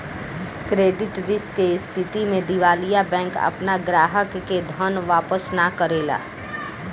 credit risk के स्थिति में दिवालिया बैंक आपना ग्राहक के धन वापस ना करेला